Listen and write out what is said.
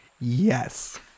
Yes